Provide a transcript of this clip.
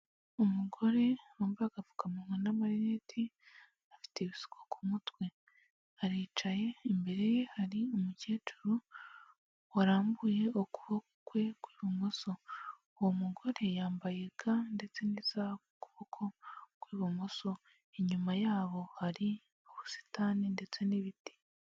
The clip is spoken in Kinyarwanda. Umugore wambaye agapfukamunwa n'amaneti, afite ibisuko ku mutwe, aricaye imbere ye hari umukecuru warambuye ukuboko kwe kw'ibumoso, uwo mugore yambaye ga ndetse n'isaha ku kuboko kw'ibumoso inyuma yabo hari ubusitani ndetse n'ibiti.